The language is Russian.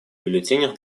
бюллетенях